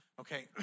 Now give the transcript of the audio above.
Okay